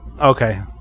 Okay